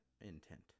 intent